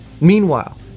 Meanwhile